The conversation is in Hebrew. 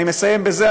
אני מסיים בזה,